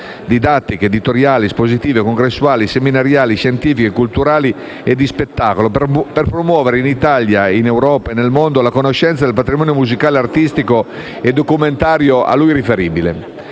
didattiche, editoriali, espositive, congressuali, seminariali, scientifiche, culturali e di spettacolo per promuovere in Italia, in Europa e nel mondo la conoscenza del patrimonio musicale, artistico e documentario a lui riferibile.